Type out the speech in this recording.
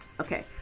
Okay